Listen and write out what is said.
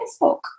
Facebook